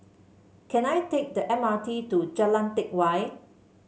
can I take the M R T to Jalan Teck Whye